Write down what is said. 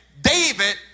David